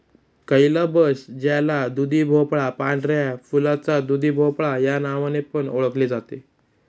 calabash ज्याला दुधीभोपळा, पांढऱ्या फुलाचा दुधीभोपळा या नावाने पण ओळखले जाते